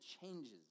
changes